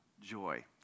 joy